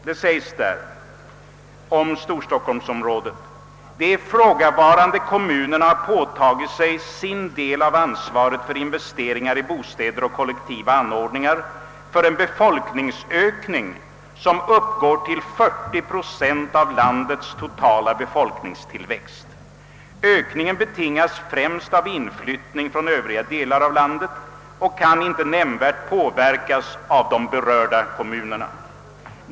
Det sägs där om storstockholmsområdet: »De ifrågavarande kommunerna har påtagit sig sin del av ansvaret för investeringar i bostäder och kollektiva anordningar för en <befolkningsökning som uppgår till 40 procent av landets totala befolkningstillväxt. Ökningen betingas främst av inflyttning från övriga delar av landet och kan inte nämnvärt påverkas av de berörda kommunerna.